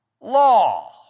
law